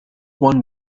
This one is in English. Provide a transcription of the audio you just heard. one